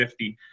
50